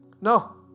No